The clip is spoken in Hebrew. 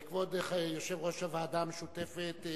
כבוד יושב-ראש הוועדה המשותפת,